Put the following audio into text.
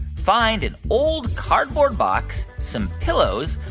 find an old cardboard box, some pillows,